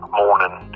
morning